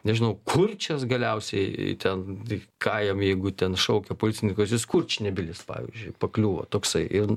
nežinau kurčias galiausiai ten tai ką jam jeigu ten šaukia policininkas jis kurčnebylis pavyzdžiui pakliūva toksai ir